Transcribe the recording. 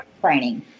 training